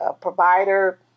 provider